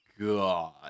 god